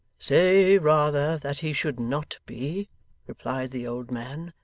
say rather that he should not be replied the old man.